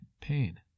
pain